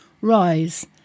Rise